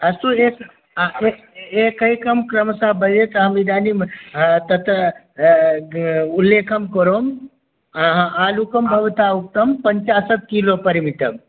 अस्तु एक अस्तु एकैकं क्रमशः बय्यतां इदानीं तत्र उल्लेखं कुरु आलुकं भवता उक्तं पञ्चाशत् किलो परिमितं